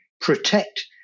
protect